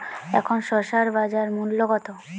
এখন শসার বাজার মূল্য কত?